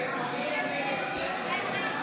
(קורא בשמות חברי הכנסת)